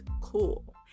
cool